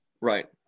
right